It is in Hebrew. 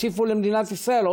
למען קיומה של מדינת ישראל.